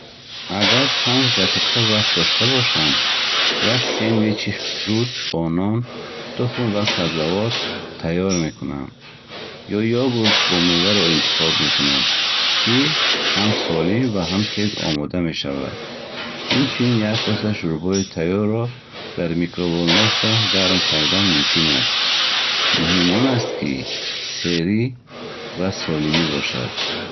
Агар панҷ дақиқа вақт дошта бошам, як сендвичи зуд бо нон, тухм ва сабзавот тайёр мекунам. Ё йогурт бо меваро интихоб мекунам, ки ҳам солим ва ҳам тез омода мешавад. Инчунин, як коса шӯрбои тайёрро дар микроволновка гарм кардан мумкин аст. Муҳим он аст, ки серӣ ва солимӣ бошад